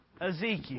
Ezekiel